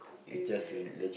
is it